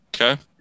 Okay